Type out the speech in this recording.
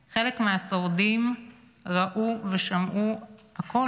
חלק מהשורדים ראו ושמעו הכול.